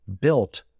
built